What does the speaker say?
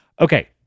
okay